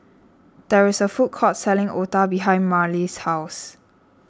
there is a food court selling Otah behind Marley's house